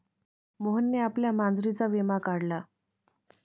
मोहनने आपल्या मांजरीचा विमा काढला